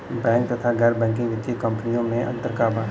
Bank तथा गैर banking वित्तीय कम्पनीयो मे अन्तर का बा?